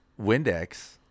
Windex